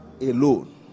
alone